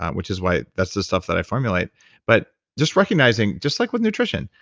which is why that's the stuff that i formulate but just recognizing, just like with nutrition,